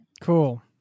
Cool